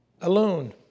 alone